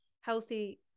healthy